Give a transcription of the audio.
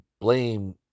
blame